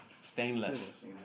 Stainless